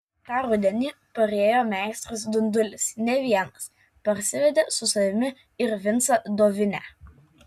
tą rudenį parėjo meistras dundulis ne vienas parsivedė su savimi ir vincą dovinę